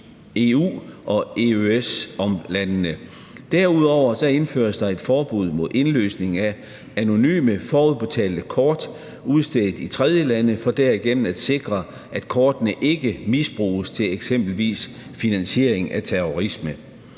EU- og EØS-landene. Derudover indføres der et forbud mod indløsning af anonyme forudbetalte kort udstedt i tredjelande for derigennem at sikre, at kortene ikke misbruges til eksempelvis finansiering af terrorisme.